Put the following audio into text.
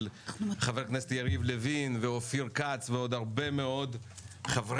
חברי הכנסת יריב לוין ואופיר כץ ועוד הרבה מאוד חברי